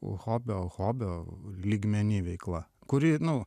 hobio hobio lygmeny veikla kuri nu